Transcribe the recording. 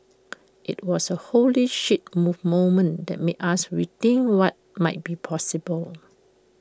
IT was A holy shit move moment that made us rethink what might be possible